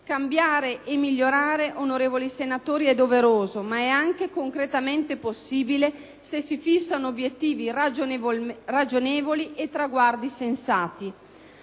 Cambiare e migliorare, onorevoli senatori, è doveroso ma è anche concretamente possibile se si fissano obiettivi ragionevoli e traguardi sensati.